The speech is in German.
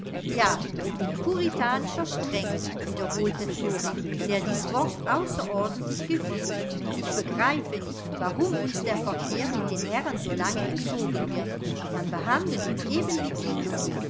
ja mit puritanischer strenge wiederholte flora der dies wort außerordentlich gefiel ich begreife nicht warum uns der verkehr mit den herren so lange entzogen wird man behandelt uns eben wie kinder